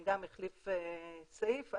גם החליף סעיף.